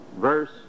verse